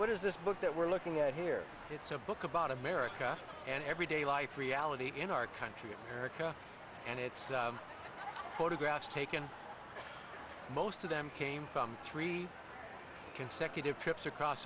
what is this book that we're looking at here it's a book about america and everyday life reality in our country america and its photographs taken most of them came from three consecutive trips across